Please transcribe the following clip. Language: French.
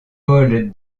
paul